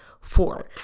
four